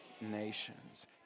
Nations